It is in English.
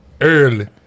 early